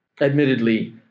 Admittedly